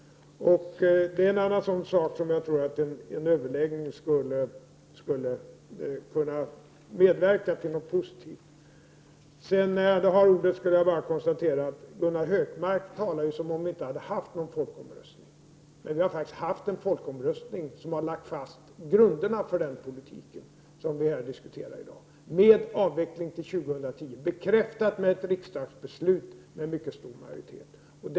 Här tror jag att en överläggning skulle kunna medverka till något positivt. När jag har ordet vill jag bara konstatera att Gunnar Hökmark talar som om vi inte hade haft någon folkomröstning. Men vi har faktiskt haft en folkomröstning som har lagt fast grunderna för den politik vi diskuterar i dag: avvecklingen fastställd till år 2010, bekräftad med ett riksdagsbeslut med mycket stor majoritet.